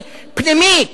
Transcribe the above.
פנימי,